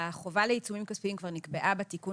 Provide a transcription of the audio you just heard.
החובה לעיצומים כספיים כבר נקבעה בתיקון